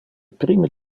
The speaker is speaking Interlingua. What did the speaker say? prime